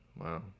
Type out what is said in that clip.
Wow